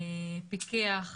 פיקח,